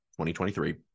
2023